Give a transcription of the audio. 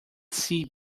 see